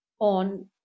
on